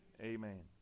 Amen